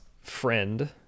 friend